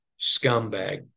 scumbag